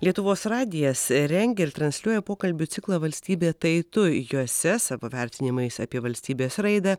lietuvos radijas rengia ir transliuoja pokalbių ciklą valstybė tai tu juose savo vertinimais apie valstybės raidą